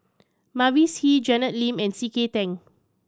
Mavis Hee Janet Lim and C K Tang